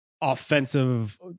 offensive